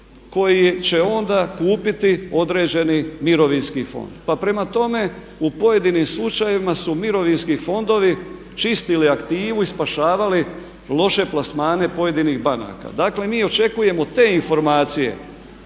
koje će onda kupiti određeni mirovinski fond. Pa prema tome, u pojedinim slučajevima su mirovinski fondovi čistili aktivu i spašavali loše plasmane pojedinih banaka. Dakle mi očekujemo te informacije